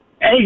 Hey